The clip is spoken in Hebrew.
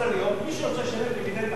מי שרוצה לשלם דיבידנד עכשיו,